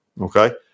okay